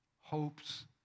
hopes